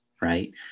right